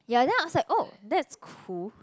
ya then I was like oh that's cool